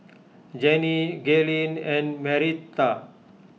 Jannie Gaylene and Marietta